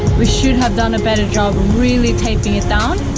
we should have done a better job really taking it down